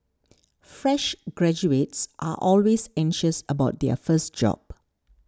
fresh graduates are always anxious about their first job